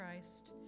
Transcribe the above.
Christ